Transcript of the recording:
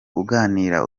uganira